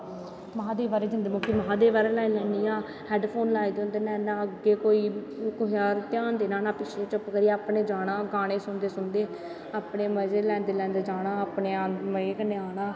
महांदेव आह्ले जंदे मौके महांदेव आह्ले लाई लैन्नी आं हैडपोन लाए दे होंदे नै ना अग्गैं कोई कुसै अल्ल ध्यान देनां ना पिच्चें चुप्प करियै अपनैं जाना गानें सुनदे सुनदे अपनें मज़े लैंदे लैंदे जाना मज़े कन्नै आना